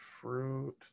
Fruit